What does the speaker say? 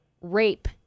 rape